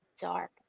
dark